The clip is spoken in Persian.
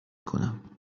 کنم